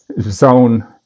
zone